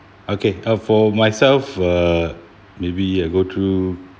okay uh for myself uh maybe we will go through